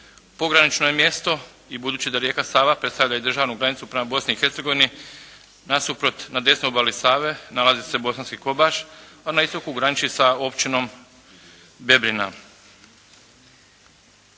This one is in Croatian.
Pogranično je mjesto i budući da rijeka Sava predstavlja i državnu granicu prema Bosni i Hercegovini nasuprot, na desnoj obali Save, nalazi se Bosanski Kobaš, a na istoku graniči sa Općinom Debrina.